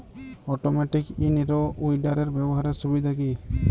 Automatic in row উইডারের ব্যবহারের সুবিধা কি?